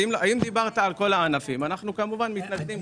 אם דיברת על כל הענפים, אנחנו כמובן מתנגדים.